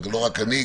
לא רק אני,